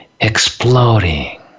exploding